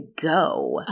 go